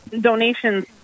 donations